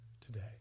today